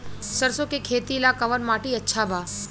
सरसों के खेती ला कवन माटी अच्छा बा?